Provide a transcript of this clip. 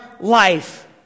Life